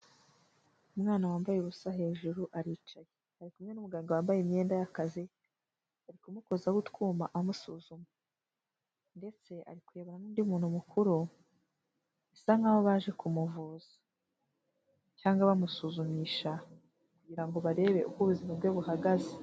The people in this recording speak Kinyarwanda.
Umwana wambaye ubusa hejuru aricaye, ari kumwe n'umuganga wambaye imyenda y'akazi, ari kumukozaho utwuma amuzuma ndetse ari kurebana n'undi muntu mukuru, bisa nk'aho baje kumuvuza cyangwa bamusuzumisha kugira ngo barebe uko ubuzima bwe buhagaze.